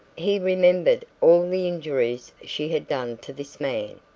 he remembered all the injuries she had done to this man,